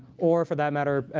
or for that matter,